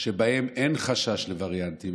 שבהן אין חשש לווריאנטים,